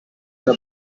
una